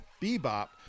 Bebop